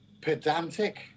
pedantic